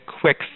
quick